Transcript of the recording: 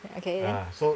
okay then